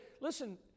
listen